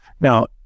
Now